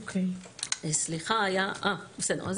זה